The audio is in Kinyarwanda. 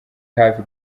hafi